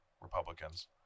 Republicans